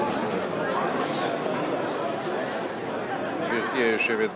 2011. גברתי היושבת בראש,